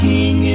King